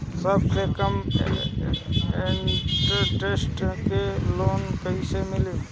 सबसे कम इन्टरेस्ट के लोन कइसे मिली?